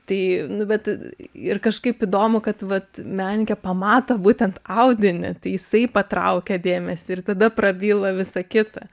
tai nu bet ir kažkaip įdomu kad vat menininkė pamato būtent audinį tai jisai patraukia dėmesį ir tada prabyla visa kita